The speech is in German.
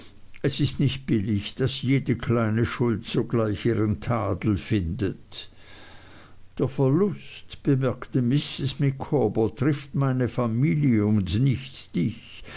es ist nicht billig daß jede kleine schuld sogleich ihren tadel findet der verlust bemerkte mrs micawber trifft meine familie und nicht dich